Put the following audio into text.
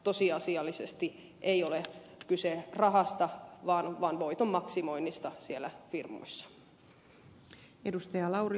tosiasiallisesti ei ole kyse rahasta vaan voiton maksimoinnista siellä firmoissa